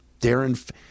Darren